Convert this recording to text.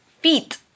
feet